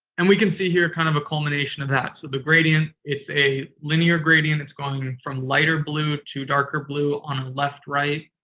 and we can see here kind of a culmination of that. so, the gradient is a linear gradient, it's going from lighter blue to darker blue on a left-right.